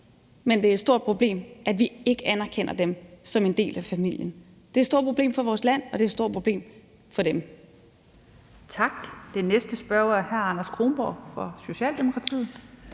men det er et stort problem, at vi ikke anerkender dem som en del af familien. Det er et stort problem for vores land, og det er et stort problem for dem.